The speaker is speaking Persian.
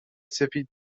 سفید